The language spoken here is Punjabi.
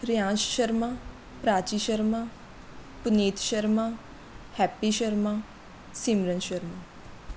ਪ੍ਰਿਆਸ਼ ਸ਼ਰਮਾ ਪ੍ਰਾਚੀ ਸ਼ਰਮਾ ਪੁਨੀਤ ਸ਼ਰਮਾ ਹੈਪੀ ਸ਼ਰਮਾ ਸਿਮਰਨ ਸ਼ਰਮਾ